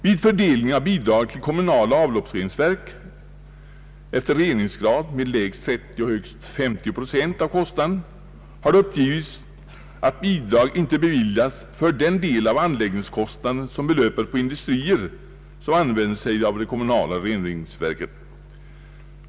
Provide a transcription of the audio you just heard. Vid fördelning av bidragen till kommunala avloppsreningsverk efter reningsgrad med lägst 30 och högst 50 procent av kostnaden har det uppgivits, att bidrag inte beviljas för den del av anläggningskostnaden som belöper på industrier vilka använder sig av reningsverken.